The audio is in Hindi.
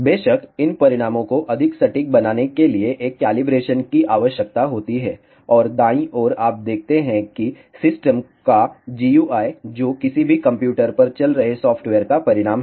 बेशक इन परिणामों को अधिक सटीक बनाने के लिए एक कैलिब्रेशन की आवश्यकता होती है और दाईं ओर आप देखते हैं कि सिस्टम का GUI जो किसी भी कंप्यूटर पर चल रहे सॉफ़्टवेयर का परिणाम है